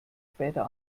später